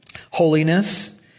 holiness